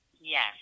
Yes